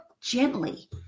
gently